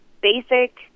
basic